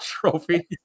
trophy